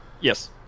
Yes